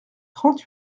trente